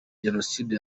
jenoside